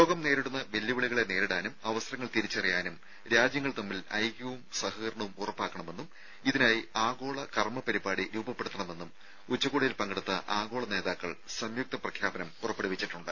ലോകം നേരിടുന്ന വെല്ലുവിളികളെ നേരിടാനും അവസരങ്ങൾ തിരിച്ചറിയാനും രാജ്യങ്ങൾ തമ്മിൽ ഐക്യവും സഹകരണവും ഉറപ്പാക്കണമെന്നും ഇതിനായി ആഗോള കർമ്മ പരിപാടി രൂപപ്പെടുത്തണമെന്നും ഉച്ചകോടിയിൽ പങ്കെടുത്ത ആഗോള നേതാക്കൾ സംയുക്ത പ്രഖ്യാപനം പുറപ്പെടുവിച്ചിട്ടുണ്ട്